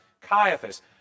Caiaphas